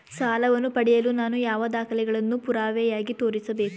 ಸಾಲವನ್ನು ಪಡೆಯಲು ನಾನು ಯಾವ ದಾಖಲೆಗಳನ್ನು ಪುರಾವೆಯಾಗಿ ತೋರಿಸಬೇಕು?